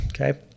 Okay